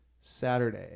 Saturday